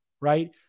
right